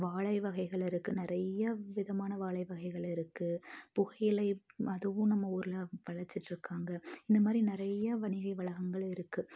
வாழை வகைகள் இருக்குது நிறைய விதமான வாழை வகைகள் இருக்குது புகையிலை அதுவும் நம்ம ஊரில் விளச்சிட்ருக்காங்க இந்த மாதிரி நிறைய வணிக வளகங்கள் இருக்குது